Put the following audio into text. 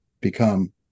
become